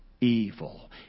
Evil